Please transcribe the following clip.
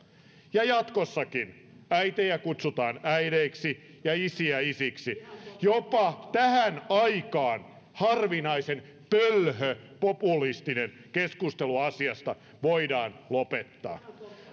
ja jatkossakin äitejä kutsutaan äideiksi ja isiä isiksi jopa tähän aikaan harvinaisen pölhöpopulistinen keskustelu asiasta voidaan lopettaa